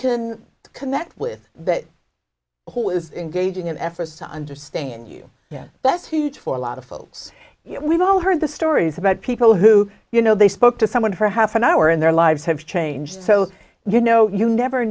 can connect with that who is engaging in efforts to understand you yeah that's huge for a lot of folks you know we've all heard the stories about people who you know they spoke to someone for half an hour in their lives have changed so you know you never